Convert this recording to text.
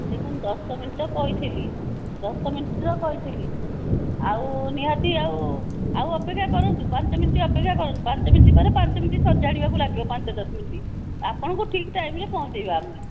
ଦେଖନ୍ତୁ ଦଶ ମିନିଟ୍ ତ କହିଥିଲି ଦଶ ମିନିଟ୍ ତ କହିଥିଲି ଆଉ ନିହାତି ଆଉ ଆଉ ଅପେକ୍ଷା କରନ୍ତୁ ପାଞ୍ଚ ମିନିଟ୍ ଅପେକ୍ଷା କରନ୍ତୁ ପାଞ୍ଚ ମିନିଟ୍ ପରେ ପାଞ୍ଚ ମିନିଟ୍ ସଜାଡ଼ିବାକୁ ଲାଗିବ ପାଞ୍ଚ ଦଶ ମିନିଟ୍ ଆପଣଙ୍କୁ ଠିକ ଟାଇମରେ ପହଞ୍ଚେଇବା ଆମେ